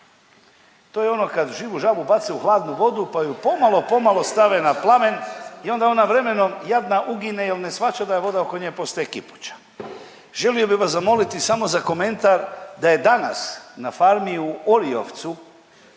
To je ono kad živu žabu bace u hladnu vodu pa ju pomalo, pomalo stave na plamen i onda ona vremenom jadna ugine jer ne shvaća da voda oko nje postaje kipuća. Želio bih vas zamoliti samo za komentar da je danas na farmi u Oriovcu